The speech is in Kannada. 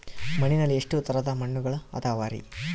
ಮಣ್ಣಿನಲ್ಲಿ ಎಷ್ಟು ತರದ ಮಣ್ಣುಗಳ ಅದವರಿ?